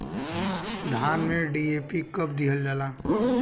धान में डी.ए.पी कब दिहल जाला?